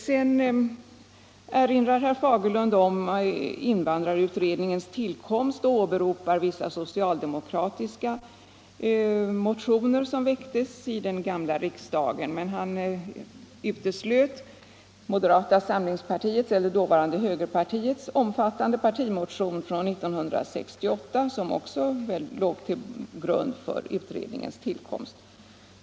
Vidare erinrar herr Fagerlund om invandrarutredningens tillkomst och åberopar vissa socialdemokratiska motioner, som väcktes i den gamla riksdagen. Men han uteslöt högerpartiets omfattande partimotion från 1968, som väl också låg till grund för utredningens tillkomst.